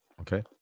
Okay